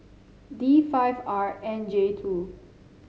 D five R nine J two